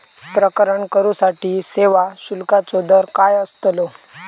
प्रकरण करूसाठी सेवा शुल्काचो दर काय अस्तलो?